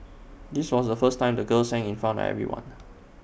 this was the first time the girl sang in front of everyone